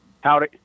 Howdy